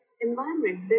environment